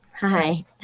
Hi